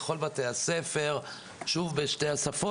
לכל בתי הספר בשתי השפות.